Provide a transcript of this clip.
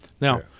now